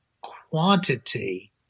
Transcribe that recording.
quantity